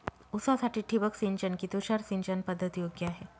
ऊसासाठी ठिबक सिंचन कि तुषार सिंचन पद्धत योग्य आहे?